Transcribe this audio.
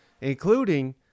including